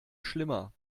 schlimmer